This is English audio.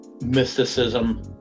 mysticism